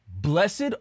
Blessed